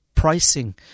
pricing